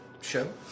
show